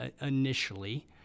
initially